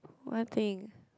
one thing